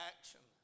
action